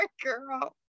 girl